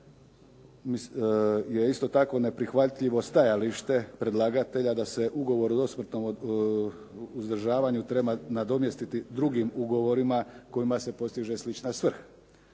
je isto tako neprihvatljivo stajalište predlagatelja da se ugovor o dosmrtnom uzdržavanju treba nadomjestiti drugim ugovorima kojima se postiže slična svrha.